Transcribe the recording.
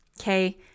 okay